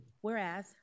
whereas